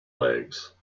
legs